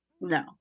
no